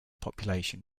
population